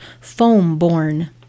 foam-born